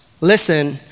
Listen